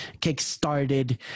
kick-started